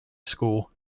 school